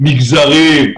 מגזרים,